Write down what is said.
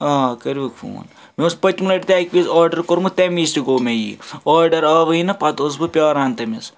آ کٔرِوُکھ فون مےٚ اوس پٔتۍمہِ لٹہِ تہِ اَکہِ وِزِ آرڈَر کوٚرمُت تَمہِ وِز تہِ گوٚو مےٚ یی آرڈَر آوٕے نہٕ پَتہٕ اوس بہٕ پیٛاران تٔمِس